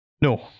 No